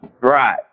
right